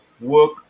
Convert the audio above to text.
work